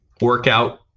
workout